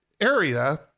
area